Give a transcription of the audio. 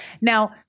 Now